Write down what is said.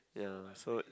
ya so